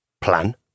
plan